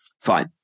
fine